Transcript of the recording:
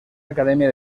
academia